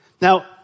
Now